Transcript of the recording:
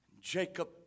Jacob